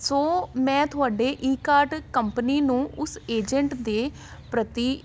ਸੋ ਮੈਂ ਤੁਹਾਡੇ Ekart company ਨੂੰ ਉਸ ਏਜੰਟ ਦੇ ਪ੍ਰਤੀ